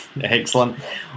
Excellent